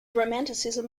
romanticism